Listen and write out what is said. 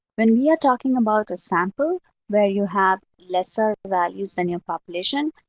when we are talking about a sample where you have lesser values than your population,